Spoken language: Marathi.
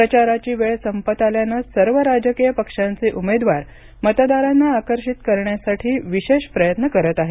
प्रचाराची वेळ संपत आल्यानं सर्व राजकीय पक्षांचे उमेदवार मतदारांना आकर्षित करण्यासाठी विशेष प्रयत्न करत आहेत